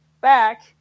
back